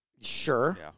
Sure